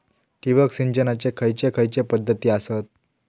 ठिबक सिंचनाचे खैयचे खैयचे पध्दती आसत?